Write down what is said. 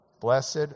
Blessed